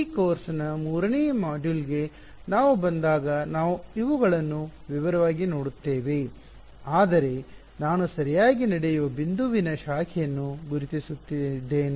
ಈ ಕೋರ್ಸ್ನ ಮೂರನೇ ಮಾಡ್ಯೂಲ್ಗೆ ನಾವು ಬಂದಾಗ ನಾವು ಇವುಗಳನ್ನು ವಿವರವಾಗಿ ನೋಡುತ್ತೇವೆ ಆದರೆ ನಾನು ಸರಿಯಾಗಿ ನಡೆಯುವ ಬಿಂದುವಿನ ಶಾಖೆಯನ್ನು ಗುರುತಿಸುತ್ತಿದ್ದೇನೆ